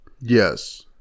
Yes